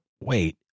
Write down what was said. wait